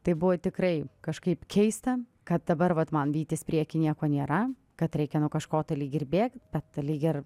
tai buvo tikrai kažkaip keista kad dabar vat man vytis prieky nieko nėra kad reikia nuo kažko tai lyg ir bėgta bet lyg ir